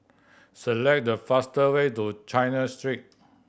select the faster way to China Street